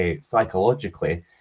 psychologically